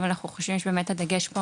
אבל אנחנו חושבים שבאמת הדגש הזה,